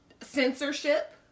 censorship